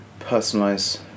personalize